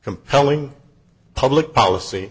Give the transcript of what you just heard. a compelling public policy